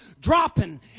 dropping